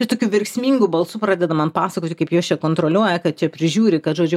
ir tokiu verksmingu balsu pradeda man pasakoti kaip juos čia kontroliuoja kad čia prižiūri kad žodžiu